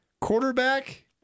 quarterback